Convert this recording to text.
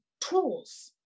tools